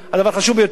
הדבר חשוב ביותר.